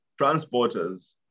transporters